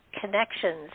connections